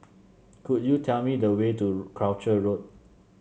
could you tell me the way to Croucher Road